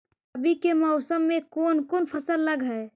रवि के मौसम में कोन कोन फसल लग है?